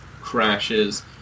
crashes